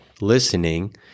listening